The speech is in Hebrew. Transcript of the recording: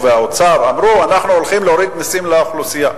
הם אמרו: אנחנו הולכים להוריד מסים לאוכלוסייה.